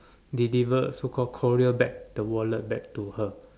deliver so call courier back the wallet back to her